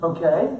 Okay